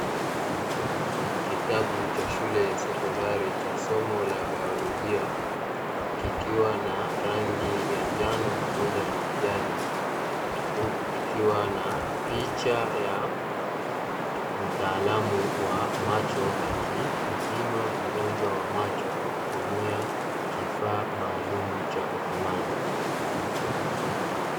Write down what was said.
Kitabu cha shule ya sekondari cha somo la biolojia. Kikiwa na rqngi ya njano pamoja na kijani, huku kikiwa na picha ya wa macho, akimpima mgonjwa wa macho kwa kifaa maalumu cha upimaji.